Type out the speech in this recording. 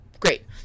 Great